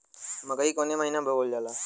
मकई कवने महीना में बोवल जाला?